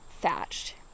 thatched